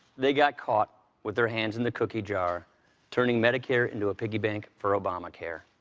they got caught with their hands in the cookie jar turning medicare into a piggy bank for obamacare.